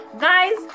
Guys